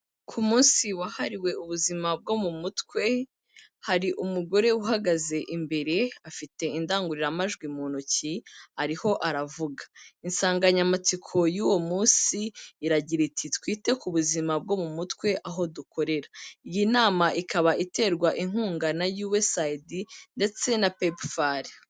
Ku munsi wahariwe ubuzima bwo mu mutwe hari umugore uhagaze imbere afite indangururamajwi mu ntoki, ariho aravuga. Insanganyamatsiko y'uwo munsi iragira iti:"Twite ku buzima bwo mu mutwe aho dukorera." Iyi nama ikaba iterwa inkunga na USAID ndetse na pepufare.